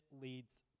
leads